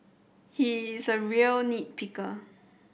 he is a real nit picker